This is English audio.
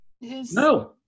No